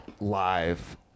live